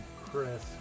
Chris